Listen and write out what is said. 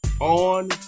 on